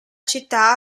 città